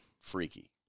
freaky